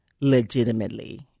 legitimately